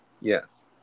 Yes